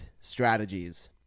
strategies